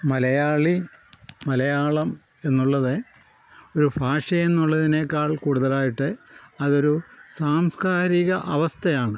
മലയാളി മലയാളം എന്നുള്ളത് ഒരു ഭാഷ എന്നുള്ളതിനേക്കാൾ കൂടുതലായിട്ട് അതൊരു സാംസ്ക്കാരിക അവസ്ഥയാണ്